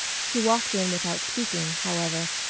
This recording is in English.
she walked in without speaking, however,